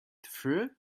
through